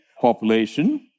population